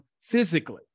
physically